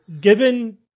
given